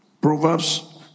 Proverbs